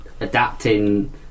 adapting